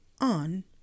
on